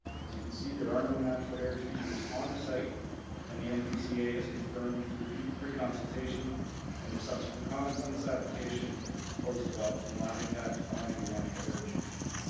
as you can see there are no natural heritage features on the site and the npca has confirmed through pre-consultation and their subsequent comments on this application that the proposed development will not impact on any natural heritage features.